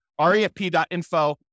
refp.info